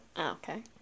Okay